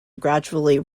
gradually